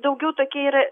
daugiau tokie yra